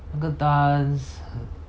那个 dance